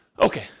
Okay